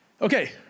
Okay